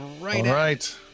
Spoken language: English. right